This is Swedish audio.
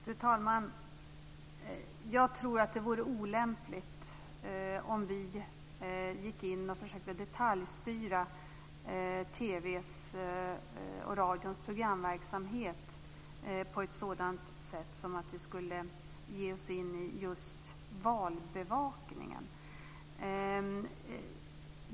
Fru talman! Jag tror att det skulle vara olämpligt om vi gick in och försökte detaljstyra TV:s och radions programverksamhet på ett sådant sätt att vi skulle ge oss in i just valbevakningen.